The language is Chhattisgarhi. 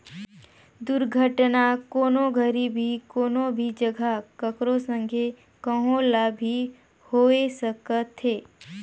दुरघटना, कोनो घरी भी, कोनो भी जघा, ककरो संघे, कहो ल भी होए सकथे